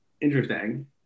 interesting